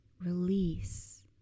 release